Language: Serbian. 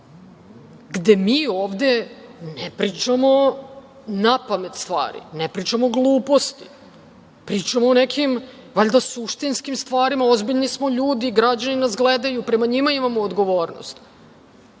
gde mi ovde ne pričamo napamet stvari, ne pričamo gluposti. Pričamo valjda o nekim suštinskim stvarima, ozbiljni smo ljudi, građani nas gledaju, prema njima imamo odgovornost.